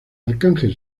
arcángel